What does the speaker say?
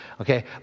okay